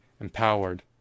empowered